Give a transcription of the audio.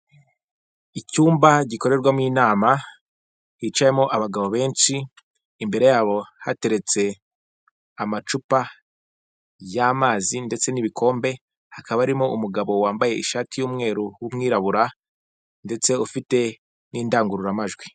Icyumba gikorerwamo inama hicayemo abagabo benshi imbere yabo hateretse amacupa y'amazi ndetse n'ibikombe, hakaba harimo umugabo wambaye ishati w'umwirabura ndetse ufite n'indangururamajwi.